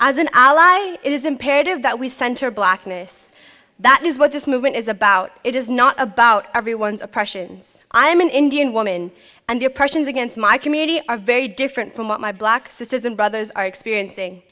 matter as an ally it is imperative that we center blackness that is what this movement is about it is not about everyone's oppressions i am an indian woman and the oppression is against my community are very different from what my black sisters and brothers are experiencing